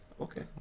Okay